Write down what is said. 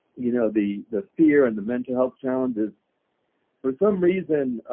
you know the the fear and the mental health challenges for some reason,